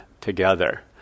together